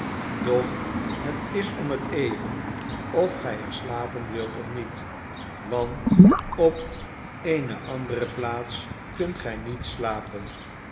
doch het is om het even of gij er slapen wilt of niet want op eene andere plaats kunt gij niet slapen